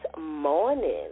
morning